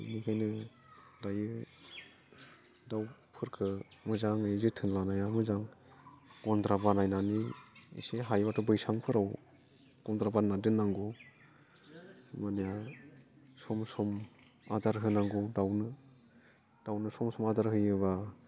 बेनिखायनो दायो दाउफोरखौ मोजाङै जोथोन लानाया मोजां गन्द्रा बानायनानै एसे हायोबाथ' बैसांफोराव गन्द्रा बानायनानै दोननांगौ होमबानिया सम सम आदार होनांगौ दाउखौ दाउनो सम सम आदार होयोबा